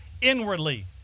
inwardly